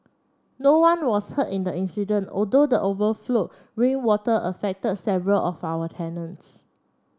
no one was hurt in the incident although the overflowed rainwater affected several of our tenants